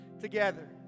together